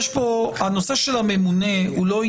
להודיע למשרד המשפטים שעבדכם הנאמן פרש לגמלאות והתחלף.